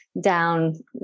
down